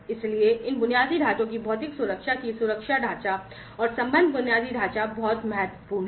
इसलिए इन बुनियादी ढाँचों की भौतिक सुरक्षा की सुरक्षा ढांचा और संबद्ध बुनियादी ढाँचा बहुत महत्वपूर्ण है